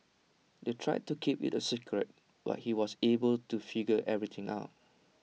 they tried to keep IT A secret but he was able to figure everything out